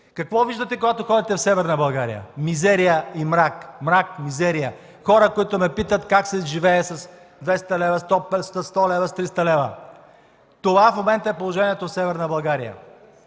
какво виждате, когато ходите в Северна България? Мизерия и мрак, мрак и мизерия, хора, които ме питат как се живее със 100-200-300 лв. Това в момента е положението в Северна България.